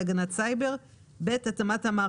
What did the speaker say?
סבור כי יש להביאם לידיעת הציבור או לפרסמם,